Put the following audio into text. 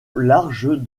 large